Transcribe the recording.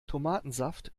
tomatensaft